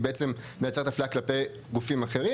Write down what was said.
בעצם מייצרת אפליה כלפי גופים אחרים?